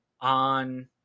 on